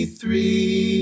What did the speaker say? three